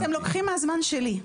אתם לוקחים מהזמן שלי.